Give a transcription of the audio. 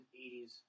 80s